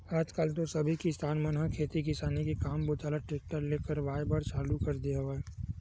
आज कल तो सबे किसान मन ह खेती किसानी के काम बूता ल टेक्टरे ले करवाए बर चालू कर दे हवय